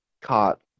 caught